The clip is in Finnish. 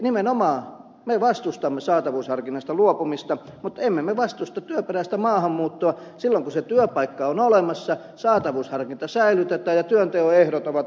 nimenomaan me vastustamme saatavuusharkinnasta luopumista mutta emme me vastusta työperäistä maahanmuuttoa silloin kun se työpaikka on olemassa saatavuusharkinta säilytetään ja työnteon ehdot ovat oikeita